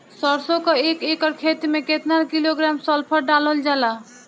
सरसों क एक एकड़ खेते में केतना किलोग्राम सल्फर डालल जाला?